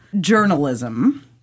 journalism